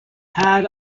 had